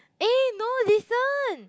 eh no listen